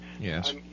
Yes